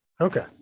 Okay